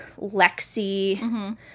Lexi